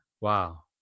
wow